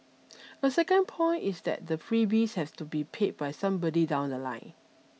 a second point is that the freebies have to be paid by somebody down the line